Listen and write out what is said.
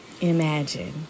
Imagine